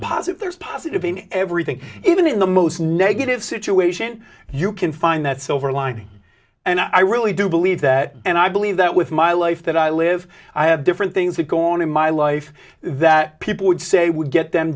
positive there's positive in everything even in the most negative situation you can find that silver lining and i really do believe that and i believe that with my life that i live i have different things that go on in my life that people would say would get them